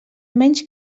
menys